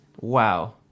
Wow